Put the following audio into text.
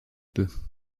peut